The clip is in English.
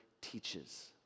teaches